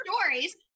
stories